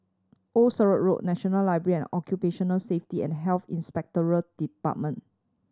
Old Sarum Road National Library and Occupational Safety and Health Inspectorate Department